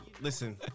Listen